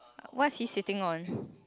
what's he sitting on